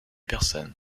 personne